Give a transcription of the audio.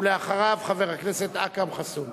אחריו, חבר הכנסת אכרם חסון.